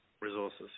resources